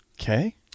Okay